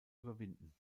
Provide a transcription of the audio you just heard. überwinden